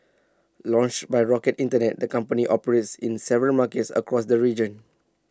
launched by rocket Internet the company operates in several markets across the region